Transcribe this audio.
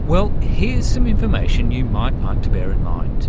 well, here's some information you might like to bear in mind.